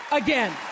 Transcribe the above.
again